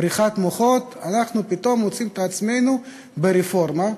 בריחת מוחות פתאום אנחנו מוצאים את עצמנו ברפורמה.